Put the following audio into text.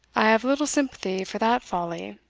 i have little sympathy for that folly,